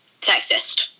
sexist